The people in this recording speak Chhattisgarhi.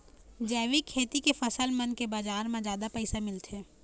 जैविक खेती के फसल मन के बाजार म जादा पैसा मिलथे